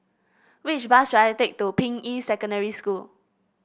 which bus should I take to Ping Yi Secondary School